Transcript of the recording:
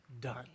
done